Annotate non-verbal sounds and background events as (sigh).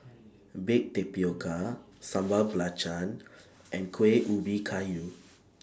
(noise) Baked Tapioca Sambal Belacan and Kueh Ubi Kayu